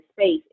space